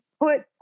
put